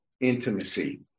intimacy